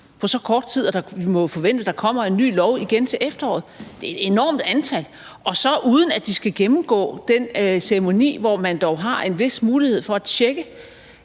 på så kort tid? Og vi må jo forvente, at der kommer en ny lov igen til efteråret. Det er et enormt antal, og så uden at de skal gennemgå den ceremoni, hvor man dog har en vis mulighed for at tjekke,